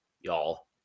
y'all